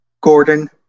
Gordon